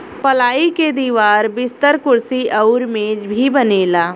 पलाई के दीवार, बिस्तर, कुर्सी अउरी मेज भी बनेला